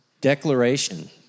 declaration